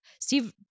Steve